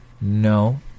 No